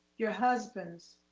your husbands,